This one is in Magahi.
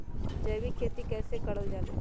जैविक खेती कई से करल जाले?